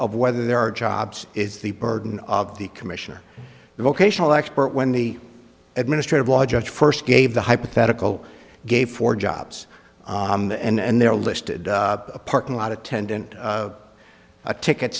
of whether there are jobs is the burden of the commission or the vocational expert when the administrative law judge first gave the hypothetical gave four jobs and they're listed a parking lot attendant a ticket